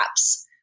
apps